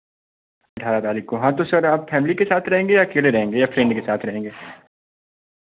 अठारह तारीख को हाँ तो सर आप फैमिली के साथ रहेंगे या अकेले रहेंगे या फ्रेंड के साथ रहेंगे